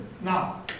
Now